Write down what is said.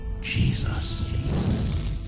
Jesus